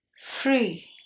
free